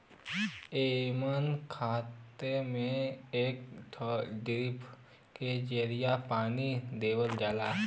एमन खेत में एक ठे ड्रिप के जरिये पानी देवल जाला